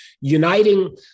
uniting